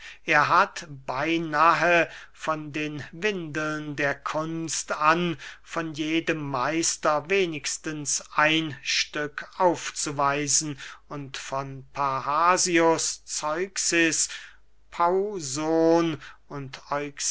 er hat beynahe von den windeln der kunst an von jedem meister wenigstens ein stück aufzuweisen und von parrhasius zeuxis pauson und